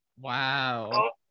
Wow